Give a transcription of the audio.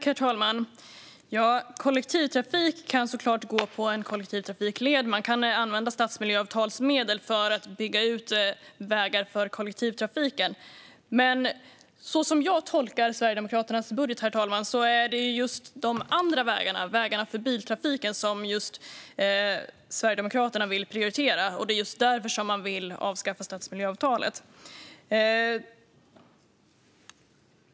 Herr talman! Kollektivtrafik kan såklart gå på en kollektivtrafikled. Man kan använda stadsmiljöavtalsmedel för att bygga ut vägar för kollektivtrafiken. Men som jag tolkar Sverigedemokraternas budget är det just de andra vägarna, vägarna för biltrafiken, som Sverigedemokraterna vill prioritera. Det är just därför som de vill avskaffa stadsmiljöavtalen.